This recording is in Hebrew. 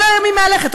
כל היום היא מהלכת,